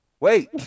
Wait